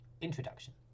Introduction